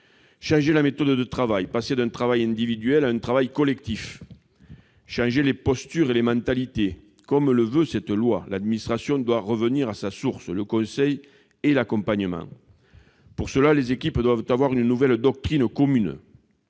changer la méthode de travail en passant d'un travail individuel à un travail collectif ; changer les postures et les mentalités. Comme le veut le projet de loi, l'administration doit revenir à sa source : le conseil et l'accompagnement. Monsieur Cabanel ... Pour ce faire, les équipes doivent avoir une nouvelle doctrine commune.